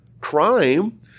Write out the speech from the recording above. crime